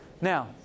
Now